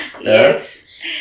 Yes